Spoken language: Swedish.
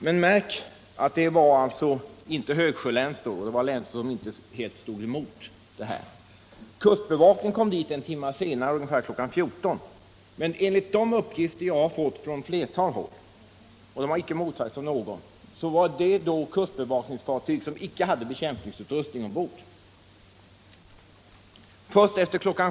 Men märk väl att det inte var högsjölänsor, utan länsor som inte helt stod emot sjön. Kustbevakningen kom inte till olycksplatsen förrän en timme senare — kl. 14 — men enligt de uppgifter som jag fått från ett flertal håll och som inte motsagts av någon hade det kustbevakningsfartyget som anlände icke någon bekämpningsutrustning med ombord. Först efter kl.